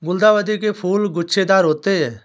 गुलदाउदी के फूल गुच्छेदार होते हैं